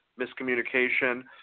miscommunication